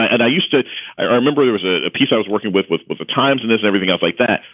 and i used to i remember he was a piece i was working with with with the times. and as everything else like that,